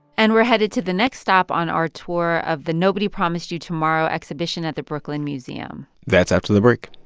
and we're headed to the next stop on our tour of the nobody promised you tomorrow exhibition at the brooklyn museum that's after the break.